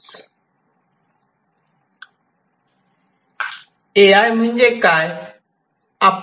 ए I म्हणजे काय